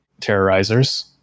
terrorizers